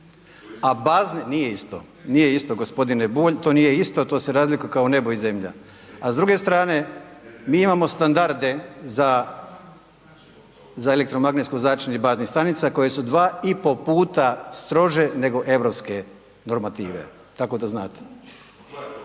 Nije isto, nije isto gospodine Bulj. To se razlikuje kao nebo i zemlja. A s druge strane mi imamo standarde za elektromagnetsko zračenje baznih stanica koje su dva i pol puta strože nego europske normative tako da znate.